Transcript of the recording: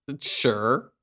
Sure